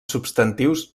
substantius